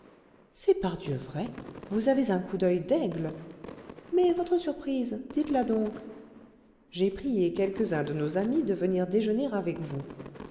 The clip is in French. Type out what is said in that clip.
c'est pardieu vrai vous avez un coup d'oeil d'aigle mais votre surprise dites-la donc j'ai prié quelques-uns de nos amis de venir déjeuner avec nous